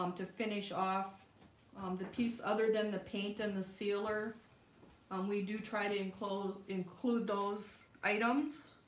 um to finish off um the piece other than the paint and the sealer um, we do try to enclose include those items